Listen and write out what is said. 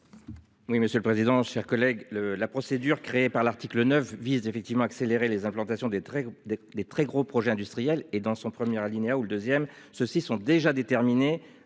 Oui, monsieur le président. Chers collègues, le la procédure créée par l'article 9 vise effectivement accélérer les implantations des traits des des très gros projet industriel et dans son premier alinéa ou le deuxième, ceux-ci sont déjà déterminées